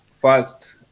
First